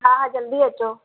हा जल्दी अचो